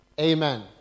Amen